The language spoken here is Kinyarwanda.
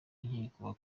nkiko